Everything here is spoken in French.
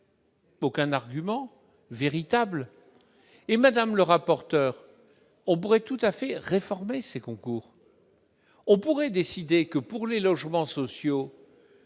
aucun argument véritable. Madame le rapporteur, on pourrait de surcroît tout à fait réformer ces concours. On pourrait décider, pour les logements sociaux,